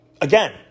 Again